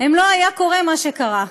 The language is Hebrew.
לא היה קורה מה שקרה.